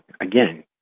again